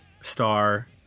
star